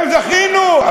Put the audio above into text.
זכינו.